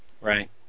Right